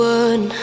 one